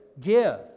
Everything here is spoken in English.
give